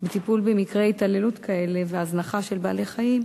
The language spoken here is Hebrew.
לטיפול במקרי התעללות כאלה, והזנחה של בעלי-חיים,